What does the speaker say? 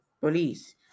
police